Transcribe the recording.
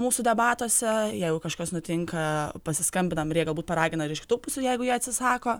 mūsų debatuose jeigu kažkas nutinka pasiskambinam ir jie galbūt paragina ir iš kitų pusių jeigu jie atsisako